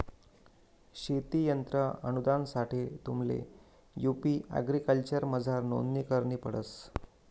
शेती यंत्र अनुदानसाठे तुम्हले यु.पी एग्रीकल्चरमझार नोंदणी करणी पडस